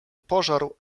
pożarł